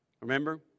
Remember